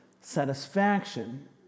satisfaction